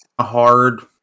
Hard